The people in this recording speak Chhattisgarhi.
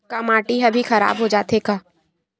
का माटी ह भी खराब हो जाथे का?